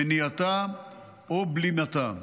מניעתה או בלימתה.